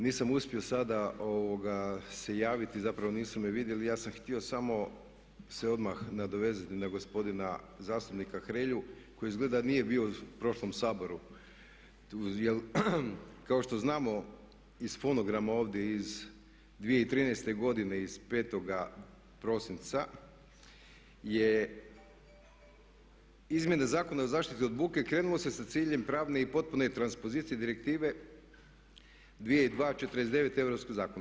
Nisam uspio sada se javiti, zapravo nisu me vidjeli, ja sam htio samo se odmah nadovezati na gospodina zastupnika Hrelju koji izgleda nije bio u prošlom Saboru jer kao što znamo iz fonograma ovdje iz 2013. godine, iz 5. prosinca je Izmjene Zakona o zaštiti od buke krenulo se sa ciljem pravne i potpune transpozicije direktive 2002/49/EZ.